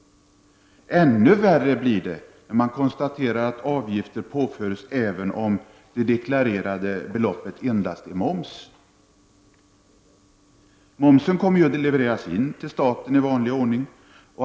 Ännu värre blir det när man konstaterar att avgifter påföres även om det deklarerade beloppet endast utgör moms. Momsen kommer ju att levereras in till staten i vanlig ordning.